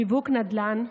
שיווק נדל"ן,